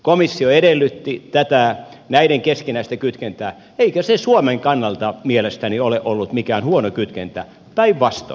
komissio edellytti tätä näiden keskinäistä kytkentää eikä se suomen kannalta mielestäni ole ollut mikään huono kytkentä päinvastoin